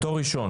בתואר ראשון.